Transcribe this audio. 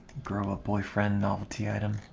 grow-a-boyfriend-novelty-item